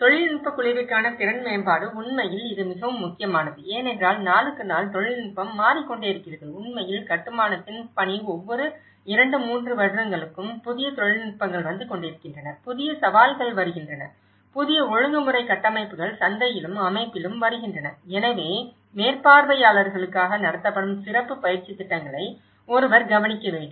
தொழில்நுட்ப குழுவிற்கான திறன் மேம்பாடு உண்மையில் இது மிகவும் முக்கியமானது ஏனென்றால் நாளுக்கு நாள் தொழில்நுட்பம் மாறிக்கொண்டே இருக்கிறது உண்மையில் கட்டுமானத்தின் பணி ஒவ்வொரு 2 3 வருடங்களுக்கும் புதிய தொழில்நுட்பங்கள் வந்து கொண்டிருக்கின்றன புதிய சவால்கள் வருகின்றன புதிய ஒழுங்குமுறை கட்டமைப்புகள் சந்தையிலும் அமைப்பிலும் வருகின்றன எனவே மேற்பார்வையாளர்களுக்காக நடத்தப்படும் சிறப்பு பயிற்சி திட்டங்களை ஒருவர் கவனிக்க வேண்டும்